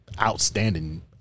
outstanding